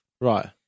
right